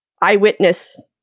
eyewitness